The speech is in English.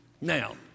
Now